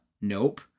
Nope